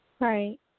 Right